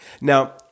Now